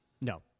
No